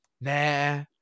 Nah